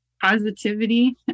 positivity